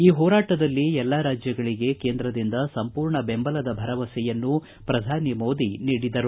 ಈ ಹೋರಾಟದಲ್ಲಿ ಎಲ್ಲಾ ರಾಜ್ಯಗಳಿಗೆ ಕೇಂದ್ರದಿಂದ ಸಂಪೂರ್ಣ ಬೆಂಬಲದ ಭರವಸೆಯನ್ನು ಪ್ರಧಾನಿ ಮೋದಿ ನೀಡಿದರು